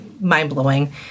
mind-blowing